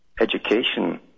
education